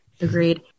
Agreed